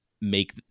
make